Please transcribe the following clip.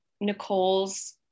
nicole's